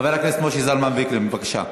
חבר הכנסת משה זלמן פייגלין, בבקשה.